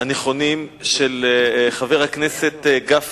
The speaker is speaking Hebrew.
והנכונים של חבר הכנסת גפני.